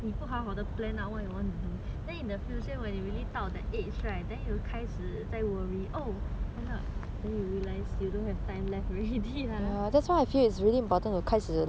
in the future when you really 到 that age right then you will 开始在 worry oh end up then you realise you don't have time left already lah